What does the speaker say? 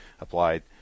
applied